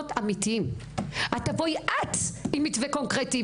את תבואי עם מתווה קונקרטי,